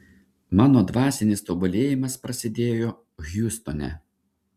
mano dvasinis tobulėjimas prasidėjo hjustone